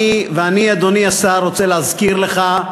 לא בדיוק החלוקה, אני, אדוני השר, רוצה להזכיר לך,